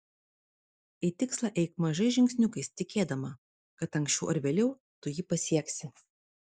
į tikslą eik mažais žingsniukais tikėdama kad anksčiau ar vėliau tu jį pasieksi